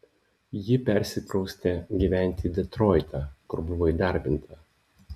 ji persikraustė gyventi į detroitą kur buvo įdarbinta